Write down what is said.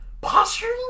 posturing